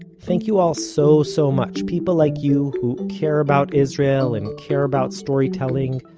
thank you all so so much! people like you, who care about israel and care about storytelling,